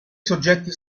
soggetti